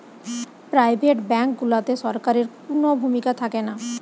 private bank গুলাতে সরকারের কুনো ভূমিকা থাকেনা